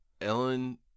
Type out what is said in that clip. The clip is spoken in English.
Ellen